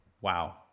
Wow